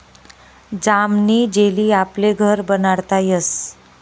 जामनी जेली आपले घर बनाडता यस